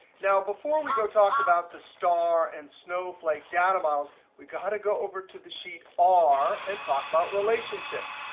now, before we go talk about the star and snow flake data models, we've got to go over to the sheet r and talk about relationships.